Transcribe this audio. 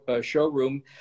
showroom